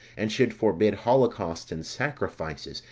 and should forbid holocausts and sacrifices,